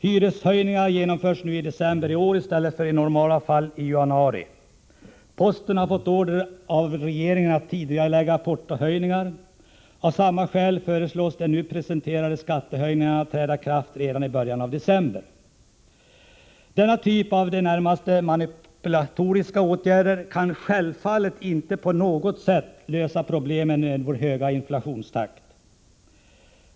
Hyreshöjningar genomförs nu i december i år i stället för som i normala fall i januari. Posten har fått order av regeringen att tidigarelägga portohöjningar. Av samma skäl föreslås de nu presenterade skattehöjningarna träda i kraft redan i början av december. Denna typ av i det närmaste manipulatoriska åtgärder kan självfallet inte på något sätt lösa problemen med vår höga inflationstakt.